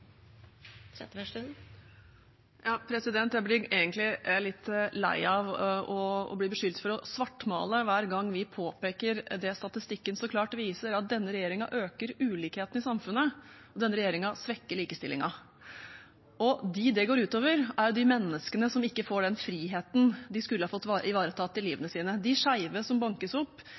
Jeg blir egentlig litt lei av å bli beskyldt for å svartmale hver gang vi påpeker det statistikken så klart viser, at denne regjeringen øker ulikhetene i samfunnet, og denne regjeringen svekker likestillingen. Og dem det går ut over, er de menneskene som ikke får den friheten de skulle ha fått ivaretatt i livet sitt: de skeive som bankes opp,